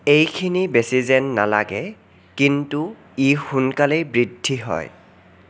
এইখিনি বেছি যেন নালাগে কিন্তু ই সোনকালেই বৃদ্ধি হয়